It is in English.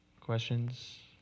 Questions